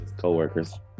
co-workers